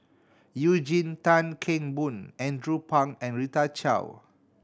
Eugene Tan Kheng Boon Andrew Phang and Rita Chao